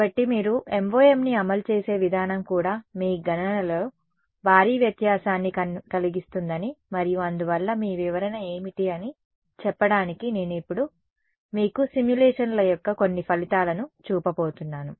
కాబట్టి మీరు MoMని అమలు చేసే విధానం కూడా మీ గణనలలో భారీ వ్యత్యాసాన్ని కలిగిస్తుందని మరియు అందువల్ల మీ వివరణ ఏమిటి అని చెప్పడానికి నేను ఇప్పుడు మీకు సిమ్యులేషన్ ల యొక్క కొన్ని ఫలితాలను చూపబోతున్నాను